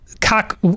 cock